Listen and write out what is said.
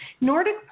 Nordic